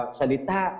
salita